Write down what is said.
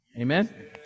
Amen